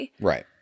right